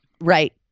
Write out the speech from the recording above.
Right